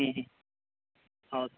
ಹ್ಞೂ ಹ್ಞೂ ಹೌದಾ